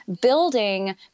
building